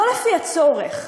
לא לפי הצורך,